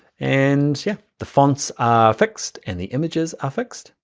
and yeah the fonts are fixed and the images are fixed.